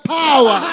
power